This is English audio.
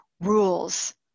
Rules